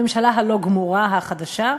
הממשלה הלא-גמורה החדשה,